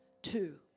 Two